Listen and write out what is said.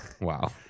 wow